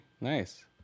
Nice